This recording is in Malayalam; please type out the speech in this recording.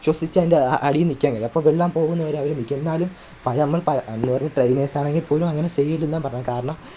ശ്വസിച്ച് അതിന്റെ അടിയില് നിൽക്കാൻ കഴിയും അപ്പം വെള്ളം പോവുന്നത് വരെ അവർ നിൽക്കും എന്നാലും നമ്മൾ അല്ലെങ്കിലും ട്രേയ്നേസ്സാണെങ്കില് പോലും അങ്ങനെ ചെയ്യരുതെന്നാണ് പറഞ്ഞത് കാരണം